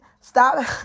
stop